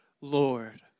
Lord